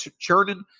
churning